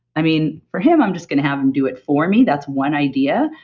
i mean for him i'm just going to have him do it for me, that's one idea.